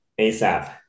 ASAP